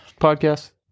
podcast